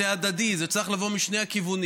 זה הדדי, זה צריך לבוא משני הכיוונים.